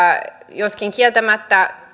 joskin kieltämättä